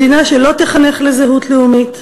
מדינה שלא תחנך לזהות לאומית,